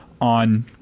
on